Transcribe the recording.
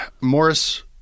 Morris